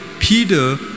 Peter